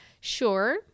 Sure